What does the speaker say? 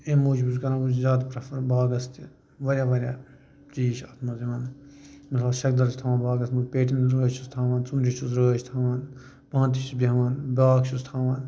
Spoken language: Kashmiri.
اَمہِ موٗجوٗب چھُس بہٕ کران زِیادٕ پرٛیفَر باغَس تہِ واریاہ واریاہ چیٖز چھِ اَتھ منٛز یِوان مِثال ٹھیکدَر چھُ تھاوان باغَس منٛز پیٹیٚن رٲچھ چھُس تھاوان ژوٗنٛٹھٮ۪ن چھُس رٲچھ تھاوان پانہٕ تہِ چھُس بیٚہوَن بیٛاکھ تہِ چھُس تھاوان